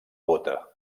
bota